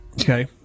Okay